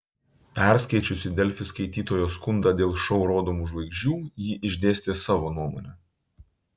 perskaičiusi delfi skaitytojo skundą dėl šou rodomų žvaigždžių ji išdėstė savo nuomonę